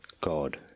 God